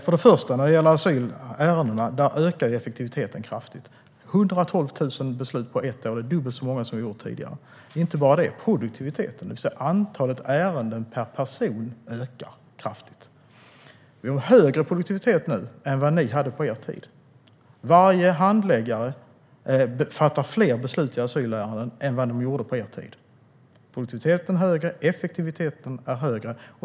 Först och främst ökar effektiviteten kraftigt när det gäller asylärendena. 112 000 beslut på ett år är dubbelt så många som har fattats tidigare. Och inte bara det, utan produktiviteten, det vill säga antalet ärenden per person, ökar kraftigt. Vi har högre produktivitet nu än vad ni hade på er tid. Varje handläggare fattar fler beslut i asylärenden än de gjorde på er tid. Produktiviteten är högre, och effektiviteten är högre.